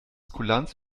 kulanz